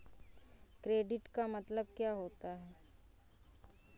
Credit का मतलब क्या होता है?